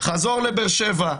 חזור לבאר-שבע,